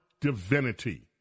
Divinity